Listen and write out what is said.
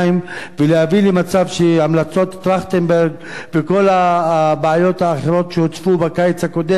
ולהביא למצב שהמלצות טרכטנברג וכל הבעיות האחרות שהוצפו בקיץ הקודם,